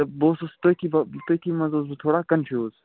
تہٕ بہٕ اوسُس تٔتی تٔتی منٛز اوسُس بہٕ تھوڑا کَنٛفیوٗز